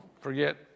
forget